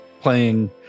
playing